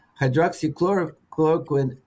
hydroxychloroquine